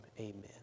amen